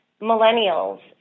millennials